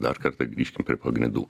dar kartą grįžkim prie pagrindų